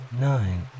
Nine